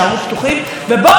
בוועדת קיש,